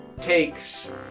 takes